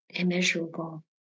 Immeasurable